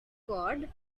cord